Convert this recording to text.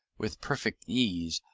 with perfect ease,